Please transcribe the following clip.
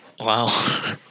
Wow